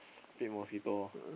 feed mosquito